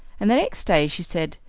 and the next day she said,